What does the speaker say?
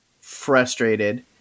frustrated